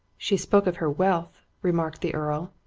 she spoke of her wealth, remarked the earl.